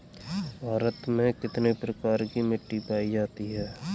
भारत में कितने प्रकार की मिट्टी पायी जाती है?